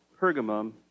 Pergamum